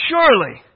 Surely